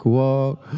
walk